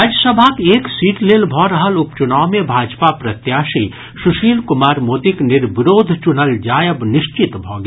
राज्यसभाक एक सीट लेल भऽ रहल उप चुनाव मे भाजपा प्रत्याशी सुशील कुमार मोदीक निर्विरोध चुनल जायब निश्चित भऽ गेल